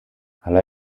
hala